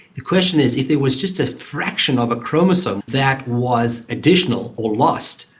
the question is if there was just a fraction of a chromosome that was additional or lost,